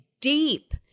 deep